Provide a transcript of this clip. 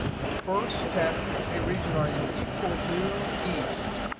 the first test is, hey, region, are you equal to east?